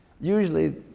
usually